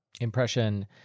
impression